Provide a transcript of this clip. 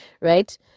right